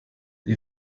die